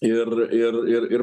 ir ir ir ir